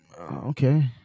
Okay